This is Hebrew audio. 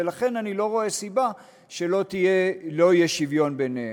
ולכן אני לא רואה סיבה שלא יהיה שוויון ביניהם.